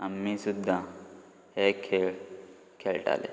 आमी सुद्दां हे खेळ खेळटाले